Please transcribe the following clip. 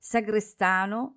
Sagrestano